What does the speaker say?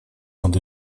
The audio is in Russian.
над